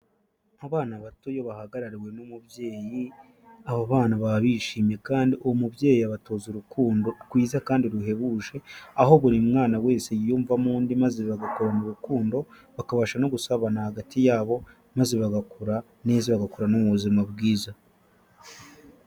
Abana bato iyo bahagarariwe n'umubyeyi, abo bana baba bishimye kandi uwo mubyeyi abatoza urukundo rwiza kandi ruhebuje, aho buri mwana wese yiyumvamo undi maze bagakura mu rukundo bakabasha no gusabana hagati yabo maze bagakura neza bagakura no mu buzima bwiza.